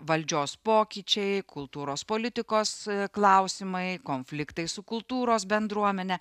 valdžios pokyčiai kultūros politikos klausimai konfliktai su kultūros bendruomene